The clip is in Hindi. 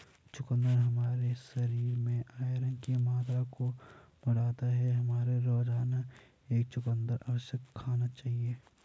चुकंदर हमारे शरीर में आयरन की मात्रा को बढ़ाता है, हमें रोजाना एक चुकंदर अवश्य खाना चाहिए